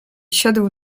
siadł